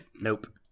Nope